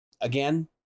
again